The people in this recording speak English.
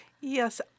Yes